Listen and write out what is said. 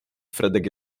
fredek